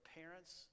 parents